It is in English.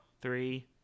Three